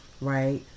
right